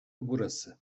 burası